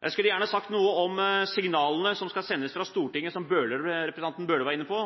Jeg skulle gjerne sagt noe om signalene som skal sendes fra Stortinget, som representanten Bøhler var inne på,